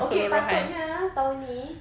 okay patutnya tahun ni